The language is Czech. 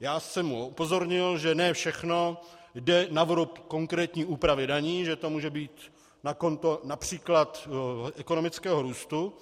Já jsem ho upozornil, že ne všechno jde na vrub konkrétní úpravy daní, že to může být na konto např. ekonomického růstu.